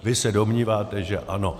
Vy se domníváte, že ano.